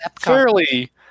fairly